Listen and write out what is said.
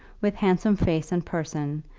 with handsome face and person,